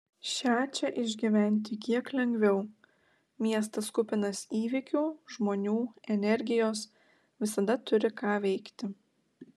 šią čia išgyventi kiek lengviau miestas kupinas įvykių žmonių energijos visada turi ką veikti